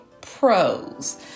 pros